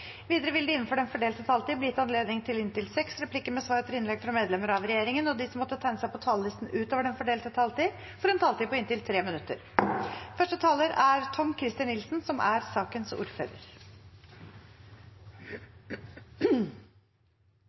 Videre vil det – innenfor den fordelte taletid – bli gitt anledning til inntil seks replikker med svar etter innlegg fra medlemmer av regjeringen, og de som måtte tegne seg på talerlisten utover den fordelte taletid, får også en taletid på inntil 3 minutter.